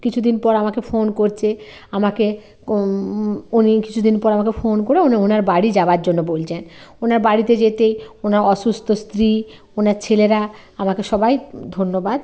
কিছু দিন পর আমাকে ফোন করছে আমাকে উনি কিছু দিন পর আমাকে ফোন করে উনি ওনার বাড়ি যাবার জন্য বলছেন ওনার বাড়িতে যেতেই ওনার অসুস্থ স্ত্রী ওনার ছেলেরা আমাকে সবাই ধন্যবাদ